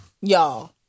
y'all